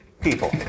people